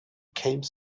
came